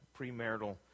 premarital